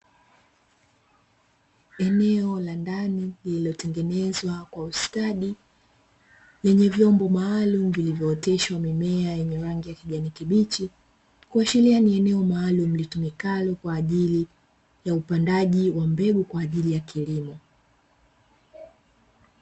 Eneo la ndani lililotengenezwa kwa ustadi lenye vyombo maalumu vilivyooteshwa mimea yenye rangi ya kijani kibichi, kuashiria ni eneo maalumu litumikalo kwa ajili ya upandaji wa mbegu kwa ajili ya kilimo.